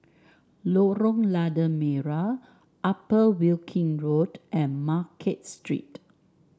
Lorong Lada Merah Upper Wilkie Road and Market Street